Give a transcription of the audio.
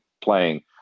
playing